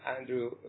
Andrew